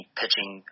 pitching